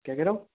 क्या कह रहा हूँ